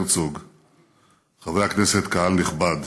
קהל נכבד,